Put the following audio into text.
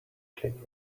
cleaner